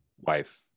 wife